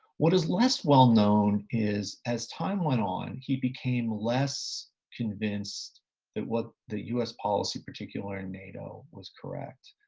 what is less well known is as time went on, he became less convinced that what the us policy, in particular and nato, was correct.